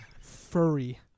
Furry